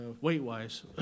weight-wise